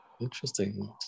Interesting